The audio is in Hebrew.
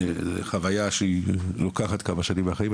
זו חוויה שלוקחת כמה שנים מהחיים.